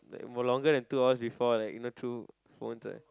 like more longer than two hours before like in the two phones leh